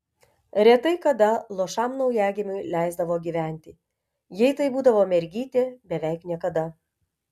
retai kada luošam naujagimiui leisdavo gyventi jei tai būdavo mergytė beveik niekada